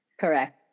Correct